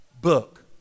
book